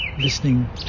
listening